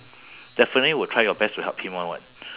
definitely will try your best to help him [one] [what]